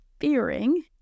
fearing